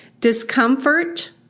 Discomfort